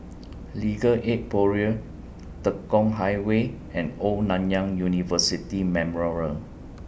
Legal Aid Bureau Tekong Highway and Old Nanyang University Memorial